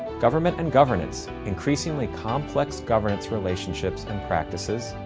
government and governance increasingly complex governance relationships and practices.